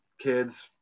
Kids